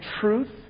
truth